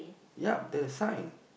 yup there's a sign